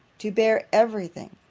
to bear every thing,